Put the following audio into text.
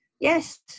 Yes